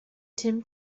tim